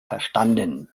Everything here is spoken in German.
verstanden